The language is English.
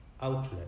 outlet